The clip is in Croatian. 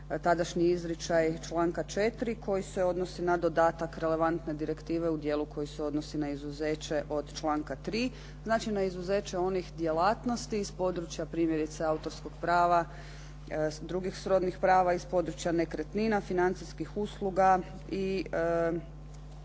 tadašnji izričaj članka 4. koji se odnosi na dodatak relevantne direktive u dijelu koje se odnosi na izuzeće od članka 3. Znači na izuzeće onih djelatnosti iz područja primjerice autorskog prava, drugih srodnih prava iz područja nekretnina, financijskih usluga i